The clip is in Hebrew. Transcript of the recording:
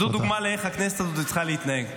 זאת דוגמה איך הכנסת הזאת צריכה להתנהג.